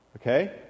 Okay